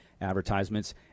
advertisements